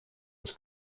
was